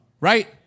right